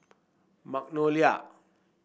magnolia